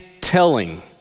telling